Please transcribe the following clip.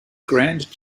grand